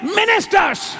ministers